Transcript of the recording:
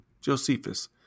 Josephus